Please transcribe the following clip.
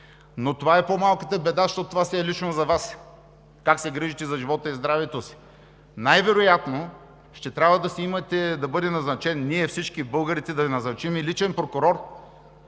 Но това е по-малката беда, защото то си е лично за Вас – как се грижите за живота и здравето си. Най-вероятно ще трябва да бъде назначен, ние всички, българите, да Ви назначим и личен прокурор,